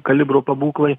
kalibro pabūklai